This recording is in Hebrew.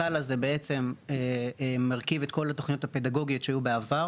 הסל הזה מרכיב את כל התוכניות הפדגוגיות שהיו בעבר,